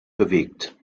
bewegt